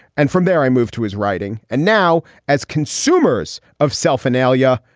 and from there i moved to his writing. and now as consumers of self, analia,